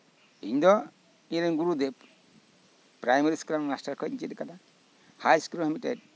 ᱤᱧᱫᱚ ᱤᱧᱨᱮᱱ Guru Dev primary school ᱨᱮᱱ ᱢᱟᱥᱴᱟᱨ ᱠᱷᱚᱱ ᱤᱧ ᱪᱮᱫ ᱠᱟᱫᱟ ᱦᱟᱭ ᱥᱠᱩᱞ ᱨᱮᱦᱚᱸ ᱢᱤᱫᱴᱮᱡ